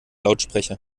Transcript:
lautsprecher